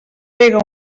pega